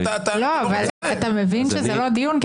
אתה מבין שזה לא הדיון.